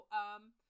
um-